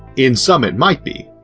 in some it might be.